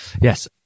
yes